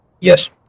Yes